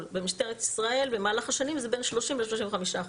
במשטרת ישראל במהלך השנים זה בין 30% ל-35%,